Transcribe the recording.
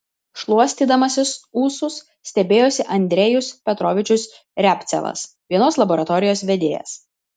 šluostydamasis ūsus stebėjosi andrejus petrovičius riabcevas vienos laboratorijos vedėjas